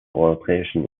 europäischen